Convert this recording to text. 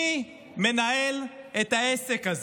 מי מנהל את העסק הזה?